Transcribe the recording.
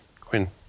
Quinn